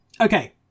Okay